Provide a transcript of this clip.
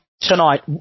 tonight